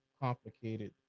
complicated